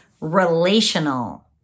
relational